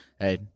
Hey